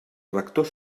rector